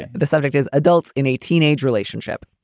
and the subject is adults in a teenage relationship.